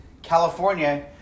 California